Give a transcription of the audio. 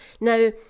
Now